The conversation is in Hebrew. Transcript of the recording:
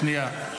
שנייה.